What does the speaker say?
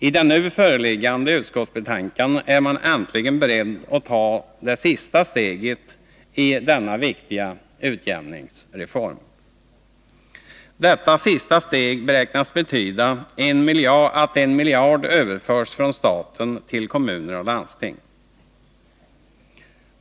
I det nu föreliggande utskottsbetänkandet är man äntligen beredd att ta det sista steget i denna viktiga utjämningsreform. Detta sista steg beräknas betyda att en miljard överförs från staten till kommuner och landsting.